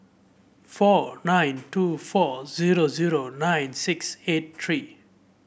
four nine two four zero zero nine six eight three